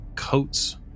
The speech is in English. coats